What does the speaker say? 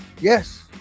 Yes